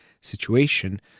situation